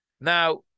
now